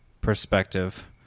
perspective